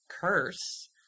curse